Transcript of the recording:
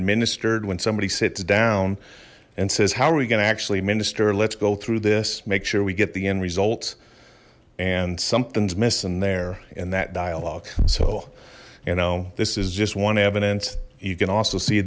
administered when somebody sits down and says how are we going to actually administer let's go through this make sure we get the end results and something's missing there in that dialogue so you know this is just one evidence you can also see